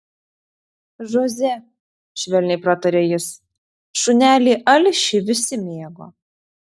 žoze švelniai prataria jis šunelį alšį visi mėgo